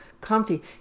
comfy